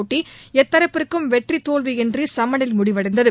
போட்டிஎத்தரப்பிற்கும் வெற்றி தோல்வி இன்றி சமனில் முடிவடைந்தது